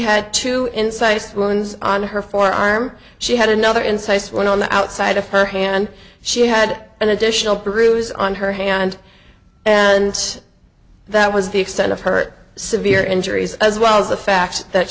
had to incite wounds on her forearm she had another incisive one on the outside of her hand she had an additional bruises on her hand and that was the extent of her severe injuries as well as the fact that